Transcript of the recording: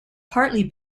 partly